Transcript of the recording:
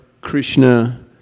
Krishna